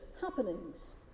happenings